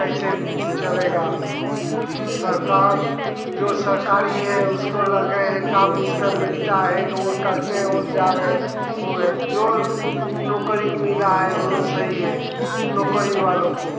कैसे चलेगा सरकार जो सरकारी है उसको लगे हैं काम उसका मिलता है और करते और वह जा रहें हो जो नौकरी मिला है वो सही है नौकरी वालों को